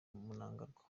mnangagwa